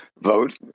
vote